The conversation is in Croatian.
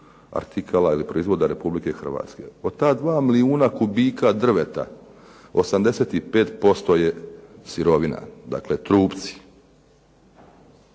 artikala ili proizvoda Republike Hrvatske. Od ta 2 milijuna kubika drveta 85% je sirovina, dakle trupci.